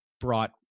brought